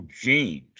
genes